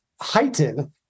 heighten